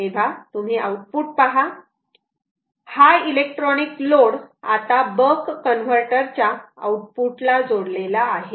तेव्हा तुम्ही आउटपुट पहा हा इलेक्ट्रॉनिक लोड आता बक कन्वर्टर च्या आउटपुटला जोडलेला आहे